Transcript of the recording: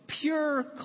pure